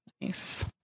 Nice